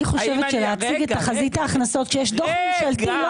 אני חושבת שלהציג את תחזית ההכנסות כשיש דוח ממשלתי,